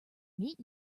meet